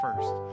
first